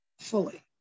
fully